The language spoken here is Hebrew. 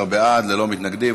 16 בעד, ללא מתנגדים.